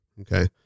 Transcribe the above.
Okay